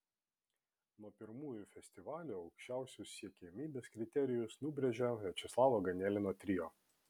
nuo pirmųjų festivalių aukščiausius siekiamybės kriterijus nubrėžė viačeslavo ganelino trio